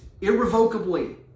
irrevocably